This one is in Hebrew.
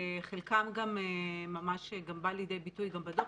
חלקם גם ממש בא לידי ביטוי גם בדוח,